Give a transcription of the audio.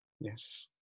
Yes